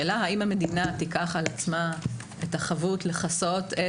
השאלה האם המדינה תיקח על עצמה את החבות לכסות את